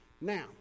Now